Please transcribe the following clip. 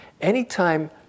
anytime